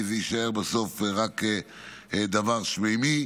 כי זה יישאר בסוף רק דבר שמיימי.